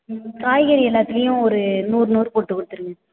ம் காய்கறி எல்லாத்துலேயும் ஒரு நூறு நூறு போட்டுக்கொடுத்துருங்க